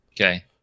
Okay